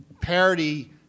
parity